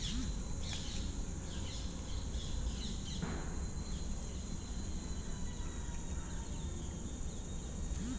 ATM card ಕಳೆದುಹೋದರೆ ಅದನ್ನು block ಮಾಡಿ ಹೊಸ ಕಾರ್ಡ್ ಅನ್ನು ರಿಪ್ಲೇಸ್ ಮಾಡಿಸಿಕೊಳ್ಳಬೇಕು